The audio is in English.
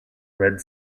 red